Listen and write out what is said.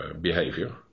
behavior